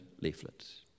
leaflets